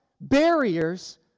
barriers